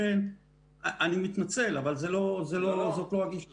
לכן אני מתנצל אבל זאת לא הגישה שלי.